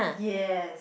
yes